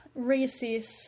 reassess